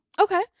Okay